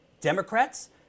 Democrats